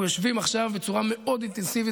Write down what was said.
אנחנו יושבים עכשיו בצורה מאוד אינטנסיבית